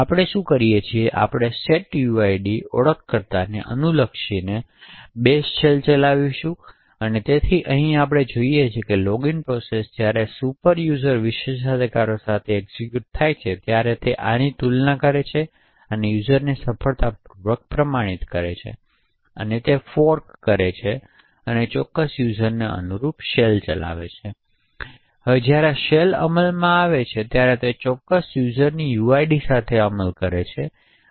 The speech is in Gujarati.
આપણે શું કરીએ છીએ કે આપણે setuid ઓળખકર્તાને અનુલક્ષીને પછી બેશ શેલ ચલાવીશું તેથી આપણે અહીં જે જોઈએ છીએ તે છે કે લોગિન પ્રોસેસ જ્યારે સુપરયૂઝર વિશેષાધિકારો સાથે એક્ઝેક્યુટ કરે છે જ્યારે તે આની તુલના કરે છે અને યુઝરને સફળતાપૂર્વક પ્રમાણિત કરે છે તે ફોર્ક કરે છે અને તે ચોક્કસ યુઝરને અનુરૂપ શેલ ચલાવે છે જ્યારે શેલ અમલ કરે છે તે સાથે ચોક્કસ યુઝરનીuid સાથે અમલ કરે છે